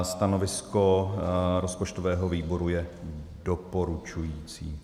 Stanovisko rozpočtového výboru je doporučující.